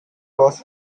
was